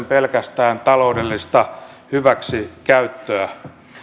pelkästään taloudellista hyväksikäyttöä